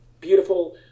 beautiful